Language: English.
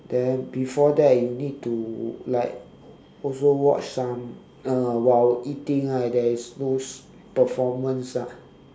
then before that you need to like also watch some uh while eating ah there is those performance ah